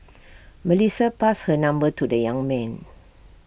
Melissa passed her number to the young man